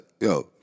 yo